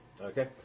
Okay